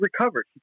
recovered